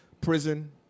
prison